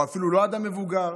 או אפילו לא אדם מבוגר,